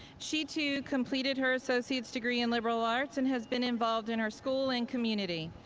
she too completed her associate's degree in liberal arts and has been involved in our school and community.